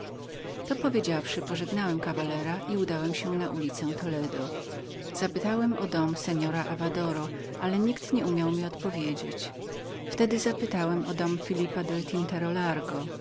to powiedziawszy pożegnałem kawalera i udałem się na ulicę toledo zapytałem o dom don avadora nikt nie umiał mi odpowiedzieć wtedy zapytałem o don filipa del